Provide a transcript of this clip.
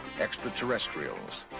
extraterrestrials